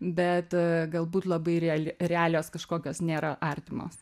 bet galbūt labai reali realijos kažkokios nėra artimos